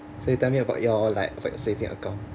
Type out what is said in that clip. so you tell me about your like about your saving account